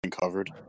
covered